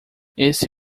esse